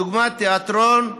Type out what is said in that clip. לדוגמה תיאטרון,